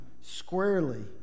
squarely